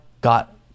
got